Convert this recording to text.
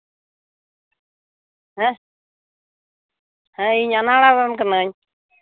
ᱦᱮᱸ ᱦᱮᱸ ᱤᱧ ᱟᱱᱟᱲᱟ ᱨᱮᱱ ᱠᱟᱹᱱᱟᱹᱧ